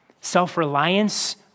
self-reliance